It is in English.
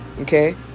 Okay